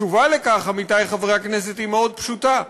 התשובה על כך, עמיתי חברי הכנסת, היא מאוד פשוטה: